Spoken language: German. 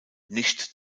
nicht